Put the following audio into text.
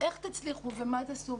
איך תצליחו ומה תעשו,